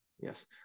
Yes